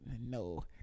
no